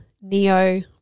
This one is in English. neo